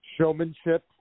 Showmanship